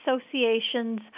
associations